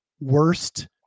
Worst